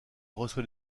reçoit